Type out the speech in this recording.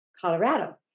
Colorado